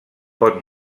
pot